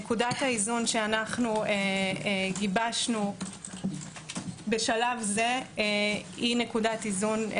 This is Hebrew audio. נקודת האיזון שגיבשנו בשלב זה היא נקודת איזון-